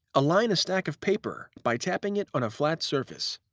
align a stack of paper by tapping it on a flat surface.